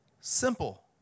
Simple